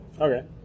Okay